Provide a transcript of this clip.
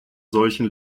solchen